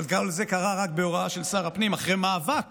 אבל גם זה קרה רק בהוראה של שר הפנים, אחרי מאבק